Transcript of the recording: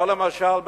או למשל,